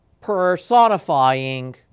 personifying